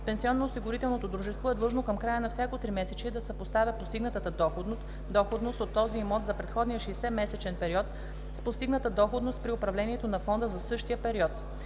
пенсионноосигурителното дружество е длъжно към края на всяко тримесечие да съпоставя постигнатата доходност от този имот за предходния 60-месечен период с постигнатата доходност при управлението на фонда за същия период.